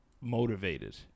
motivated